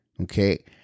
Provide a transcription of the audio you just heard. Okay